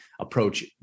approach